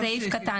תמשיכי.